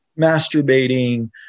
masturbating